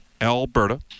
Alberta